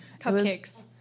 Cupcakes